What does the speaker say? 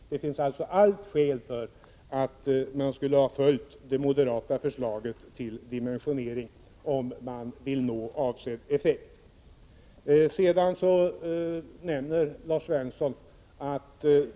Alla skäl talar alltså för att man skulle ha följt det moderata förslaget till dimensionering, om man vill nå avsedd effekt.